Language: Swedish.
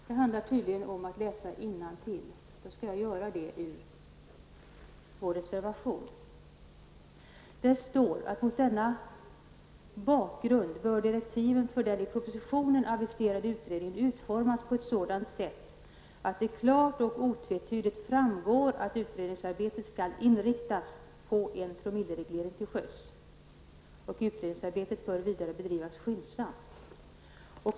Herr talman! Det handlar om att läsa innantill. Jag skall därför läsa ur vår reservation: ''Enligt utskottets mening bör mot denna bakgrund direktiven för den i propositionen aviserade utredningen utformas på ett sådant sätt att det klart och otvetydigt framgår att utredningsarbetet skall inriktas på en promillereglering till sjöss. Utredningsarbetet bör vidare bedrivas skyndsamt.''